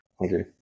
Okay